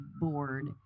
board